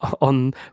on